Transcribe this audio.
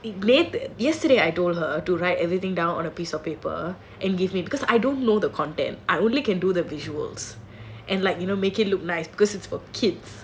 glad that yesterday I told her to write everything down on a piece of paper and give me because I don't know the content I only can do the visuals and like you know make it look nice because it's for kids